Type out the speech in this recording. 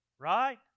Right